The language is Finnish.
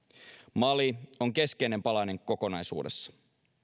mali on keskeinen palanen kokonaisuudessa